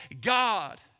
God